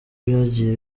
byagiye